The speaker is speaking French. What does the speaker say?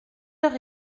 heure